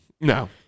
no